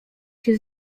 się